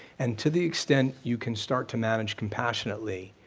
and to the extent you can start to manage compassionately,